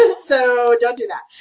and so don't do that.